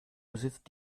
besitzt